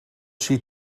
she